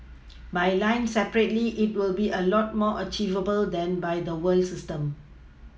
by line separately it'll be a lot more achievable than by the whole system